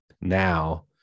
now